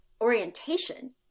orientation